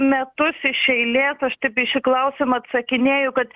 metus iš eilės aš taip į šį klausimą atsakinėju kad